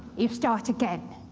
you start again.